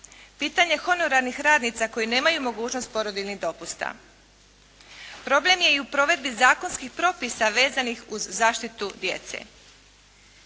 Pitanje honorarnih radnica koje nemaju mogućnost porodiljnih dopusta. Problem je i u provedbi zakonskih propisa vezanih uz zaštitu djece.